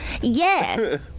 Yes